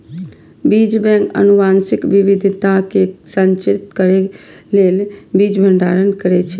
बीज बैंक आनुवंशिक विविधता कें संरक्षित करै लेल बीज भंडारण करै छै